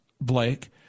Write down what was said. Blake